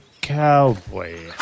cowboy